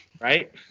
right